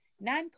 non